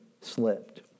slipped